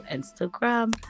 Instagram